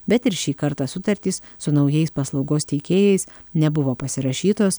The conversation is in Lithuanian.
bet ir šį kartą sutartys su naujais paslaugos teikėjais nebuvo pasirašytos